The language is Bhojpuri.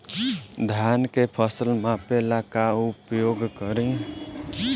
धान के फ़सल मापे ला का उपयोग करी?